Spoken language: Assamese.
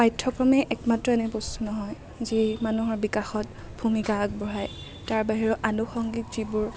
পাঠ্য়ক্ৰমেই একমাত্ৰ এনে বস্তু নহয় যিয়েই মানুহৰ বিকাশত ভূমিকা আগবঢ়াই তাৰ বাহিৰেও আনুষংগিক যিবোৰ